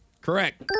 correct